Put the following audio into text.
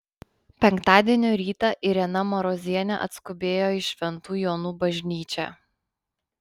penktadienio rytą irena marozienė atskubėjo į šventų jonų bažnyčią